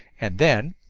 and then